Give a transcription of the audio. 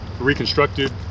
reconstructed